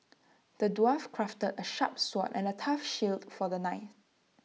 the dwarf crafted A sharp sword and A tough shield for the knight